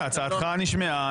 הצעתך נשמעה.